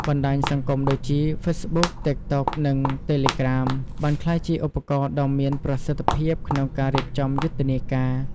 បណ្ដាញសង្គមដូចជា ហ្វេសបុក, តីកតុក, និង តេលេក្រាម បានក្លាយជាឧបករណ៍ដ៏មានប្រសិទ្ធភាពក្នុងការរៀបចំយុទ្ធនាការ។